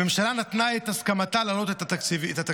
הממשלה נתנה את הסכמתה להעלות את התקציב.